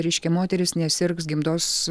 reiškia moteris nesirgs gimdos